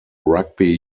rugby